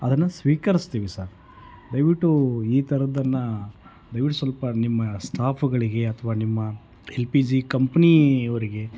ಅದನ್ನು ಸ್ವೀಕರಿಸ್ತೀವಿ ಸರ್ ದಯವಿಟ್ಟು ಈ ಥರದ್ದನ್ನು ದಯವಿಟ್ಟು ಸ್ವಲ್ಪ ನಿಮ್ಮ ಸ್ಟಾಫುಗಳಿಗೆ ಅಥವಾ ನಿಮ್ಮ ಎಲ್ ಪಿ ಜಿ ಕಂಪ್ನಿಯವರಿಗೆ